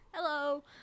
Hello